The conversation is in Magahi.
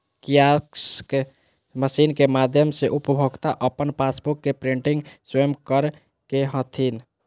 कियाक्स मशीन के माध्यम से उपभोक्ता अपन पासबुक के प्रिंटिंग स्वयं कर ले हथिन